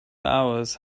hours